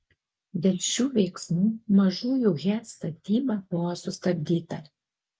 dėl šių veiksmų mažųjų he statyba buvo sustabdyta